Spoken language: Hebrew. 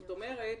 זאת אומרת,